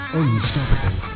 unstoppable